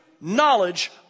knowledge